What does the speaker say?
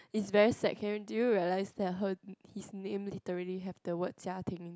is very second do you realise her his name literally have the word Jia-Ting